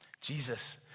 Jesus